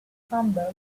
combo